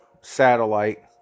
satellite